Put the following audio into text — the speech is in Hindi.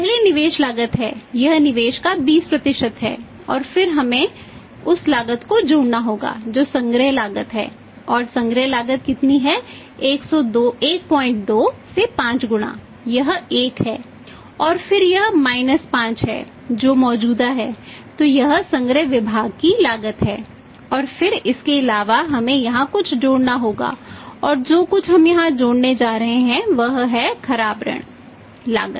पहले निवेश लागत है यह निवेश का 20 है और फिर हमें उस लागत को जोड़ना होगा जो संग्रह लागत है और संग्रह लागत कितनी है 12 से 5 गुणा यह 1 है और फिर यह माइनस 5 है जो मौजूदा है तो यह संग्रह विभाग की लागत है और फिर इसके अलावा हमें यहां कुछ जोड़ना होगा और जो कुछ हम यहां जोड़ने जा रहे हैं वह है खराब ऋण लागत